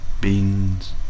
beans